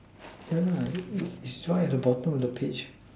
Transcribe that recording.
yeah lah is right at the bottom of the page